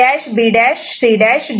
Y E'